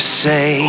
say